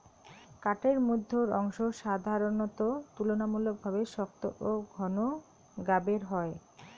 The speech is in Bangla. কাঠের মইধ্যের অংশ সাধারণত তুলনামূলকভাবে শক্ত ও ঘন গাবের হয়